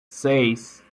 seis